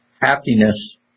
Happiness